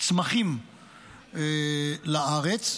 צמחים לארץ,